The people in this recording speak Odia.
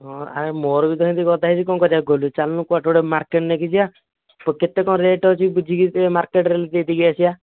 ହଁ ଆରେ ମୋର ବି ସେମିତି ଗଦା ହୋଇଛି କ'ଣ କରିବା କହିଲୁ ଚାଲୁନୁ କେଉଁଠି ଗୋଟେ ମାର୍କେଟ୍ ନେଇକି ଯିବା ସେ କେତେ କ'ଣ ରେଟ୍ ଅଛି ବୁଝିକି ସେ ମାର୍କେଟ୍ରେ ହେଲେ ଦେଇଦେଇ ଆସିବା